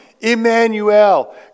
Emmanuel